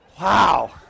Wow